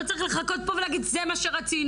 לא צריך לחכות פה ולהגיד: זה מה שרצינו.